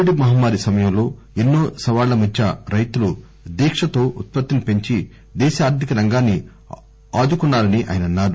Covid మహమ్మారి సమయంలో ఎన్సో సవాళ్ల మధ్య రైతులు దీక్షతో ఉత్పత్తిని పెంచి దేశ ఆర్దిక రంగాన్ని ఆదుకున్నారని ఆయన అన్నారు